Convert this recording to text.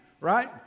right